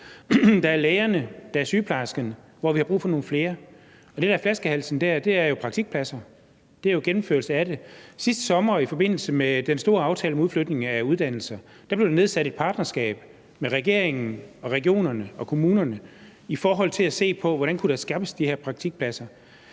Der er lægerne, der er sygeplejerskerne – og vi har brug for nogle flere. Det, der er flaskehalsen der, er jo praktikpladser. Det er gennemførelse af det. Sidste sommer i forbindelse med den store aftale om udflytning af uddannelser blev der nedsat et partnerskab med regeringen og regionerne og kommunerne for at se på, hvordan der kunne skaffes de her praktikpladser.